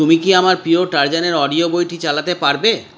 তুমি কি আমার প্রিয় টারজানের অডিও বইটি চালাতে পারবে